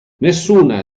nessuna